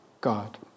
God